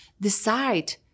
decide